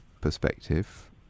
perspective